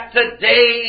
today